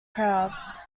crowds